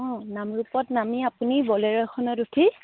অঁ নামৰূপত নামি আপুনি বলেৰ' এখনত উঠি